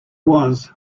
was